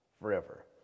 forever